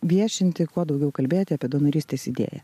viešinti kuo daugiau kalbėti apie donorystės idėją